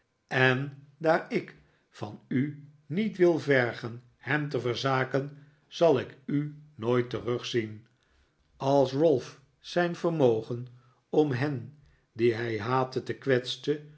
ien daar ik van u niet wil vergen hem te verzaken zal ik u nooit terugien als ralph zijn vermogen om hen die hij haatte te kwetsen